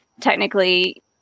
technically